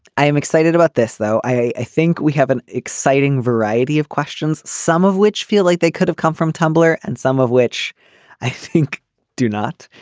i am excited about this though. i i think we have an exciting variety of questions some of which feel like they could have come from tumblr and some of which i think do not.